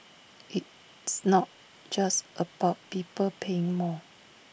it's not just about people paying more